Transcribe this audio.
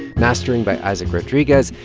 mastering by isaac rodrigues.